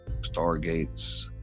stargates